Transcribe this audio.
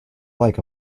like